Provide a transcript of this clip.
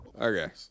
Okay